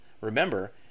remember